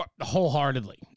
Wholeheartedly